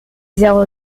zéro